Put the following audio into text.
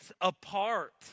apart